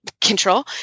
control